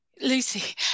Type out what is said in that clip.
Lucy